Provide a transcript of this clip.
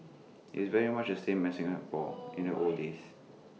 it's very much the same as Singapore in the old days